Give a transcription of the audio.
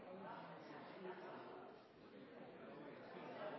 Men